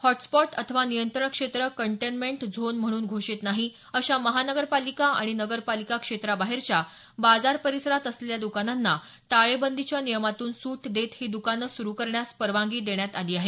hotspot अथवा नियंत्रण क्षेत्र कंटेंनमेंट झोन म्हणून घोषित नाही अशा महानगरपालिका आणि नगरपालिका क्षेत्रा बाहेरच्या बाजार परिसरात असलेल्या दुकानांना टाळेबंदीच्या नियमातून सूट देत ही दुकानं सुरू करण्यास परवानगी देण्यात आली आहे